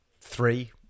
three